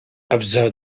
observe